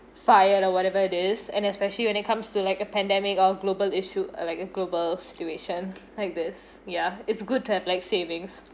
fired or whatever it is and especially when it comes to like a pandemic or global issue uh like a global situation like this ya it's good to have like savings